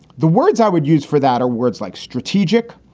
the words i would use for that are words like strategic,